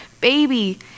baby